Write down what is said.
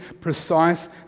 precise